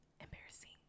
Embarrassing